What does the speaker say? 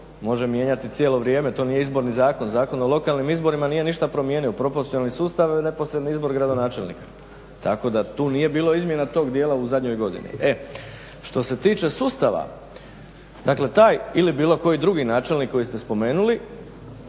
može mijenjati cijelo vrijeme, to nije Izborni zakon. Zakon o lokalnim izborima nije ništa promijenio, proporcionalni sustav i neposredni izbor gradonačelnika. Tako da tu nije bilo izmjena tog dijela u zadnjoj godini. Što se tiče sustava, dakle taj ili bilo koji drugi načelnik koji ste spomenuli